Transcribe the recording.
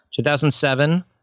2007